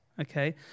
Okay